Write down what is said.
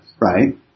Right